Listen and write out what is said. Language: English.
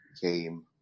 came